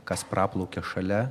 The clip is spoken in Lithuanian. kas praplaukia šalia